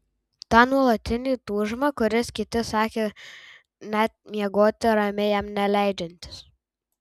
tą nuolatinį tūžmą kuris kiti sakė net miegoti ramiai jam neleidžiantis